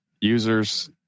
users